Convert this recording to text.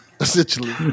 essentially